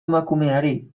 emakumeari